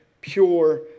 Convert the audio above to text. pure